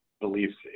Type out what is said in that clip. beliefs